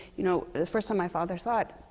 you know, the first time my father saw it